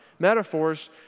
metaphors